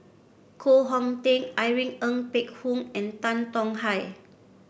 Koh Hong Teng Irene Ng Phek Hoong and Tan Tong Hye